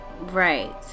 right